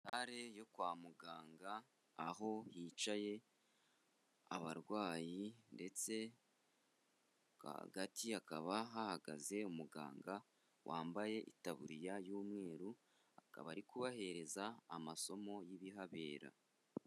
Sare yo kwa muganga, aho hicaye abarwayi ndetse hagati hakaba hahagaze umuganga wambaye itaburiya y'umweru. Akaba ari kubahereza amasomo y'ibihabera.